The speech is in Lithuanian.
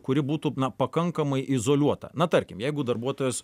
kuri būtų pakankamai izoliuota na tarkim jeigu darbuotojas